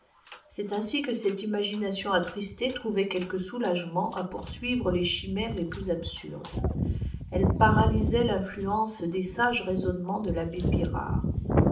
c'est ainsi que cette imagination attristée trouvait quelque soulagement à poursuivre les chimères les plus absurdes elles paralysaient l'influence des sages raisonnements de l'abbé pirard